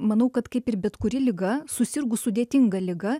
manau kad kaip ir bet kuri liga susirgus sudėtinga liga